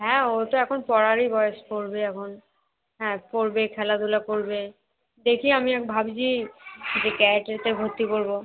হ্যাঁ ও তো এখন পড়ারই বয়স পড়বে এখন হ্যাঁ পড়বে খেলাধুলা করবে দেখি আমি ভাবছি যে ক্যারাটেতে ভর্তি করবো